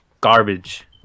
Garbage